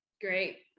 Great